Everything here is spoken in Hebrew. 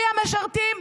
מי המשרתים?